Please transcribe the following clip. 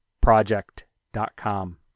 Project.com